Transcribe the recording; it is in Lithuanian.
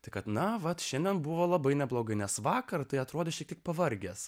tai kad na vat šiandien buvo labai neblogai nes vakar tai atrodo ši tik pavargęs